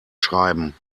schreiben